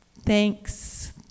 thanks